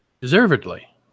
Deservedly